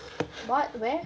what where